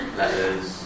letters